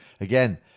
again